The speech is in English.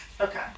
okay